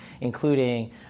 including